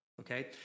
okay